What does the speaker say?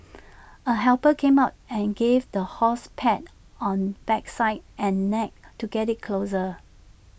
A helper came out and gave the horse pats on backside and neck to get IT closer